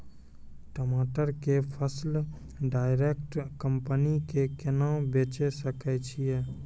टमाटर के फसल डायरेक्ट कंपनी के केना बेचे सकय छियै?